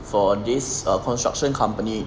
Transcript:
for this err construction company